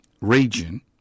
region